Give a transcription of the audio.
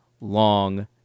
long